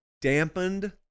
dampened